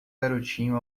garotinho